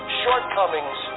shortcomings